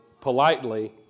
politely